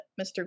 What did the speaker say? Mr